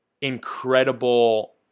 incredible